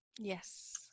Yes